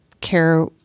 care